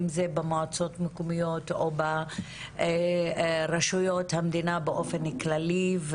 אם זה במועצות מקומיות או ברשויות המדינה באופן כללי.